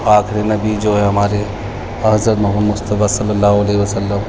آخری نبی جو ہے ہمارے حضرت محمد مصطفیٰ صلی اللہ علیہ وسلم